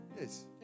Yes